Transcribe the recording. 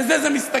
בזה זה מסתכם.